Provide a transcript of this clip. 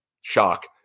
shock